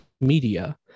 media